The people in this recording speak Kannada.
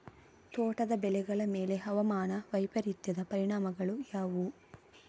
ತೋಟದ ಬೆಳೆಗಳ ಮೇಲೆ ಹವಾಮಾನ ವೈಪರೀತ್ಯದ ಪರಿಣಾಮಗಳು ಯಾವುವು?